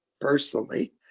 personally